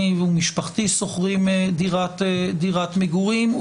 אני ומשפחתי שוכרים דירת מגורים.